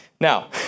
Now